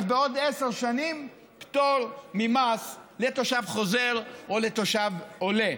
בעוד עשר שנים פטור ממס לתושב חוזר או לתושב עולה.